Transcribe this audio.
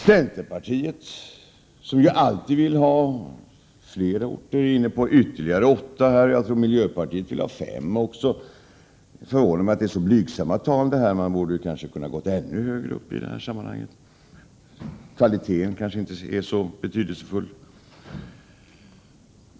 Centerpartiet, som alltid vill ha fler orter, är inne på ytterligare åtta. Jag tror att miljöpartiet vill ha fem till. Det förvånar mig att det är så blygsamma tal. Man borde kanske 18 Prot. 1988/89:120 ha kunnat kräva ännu fler. Kvaliteten kanske inte är så betydelsefull.